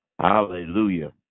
Hallelujah